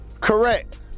Correct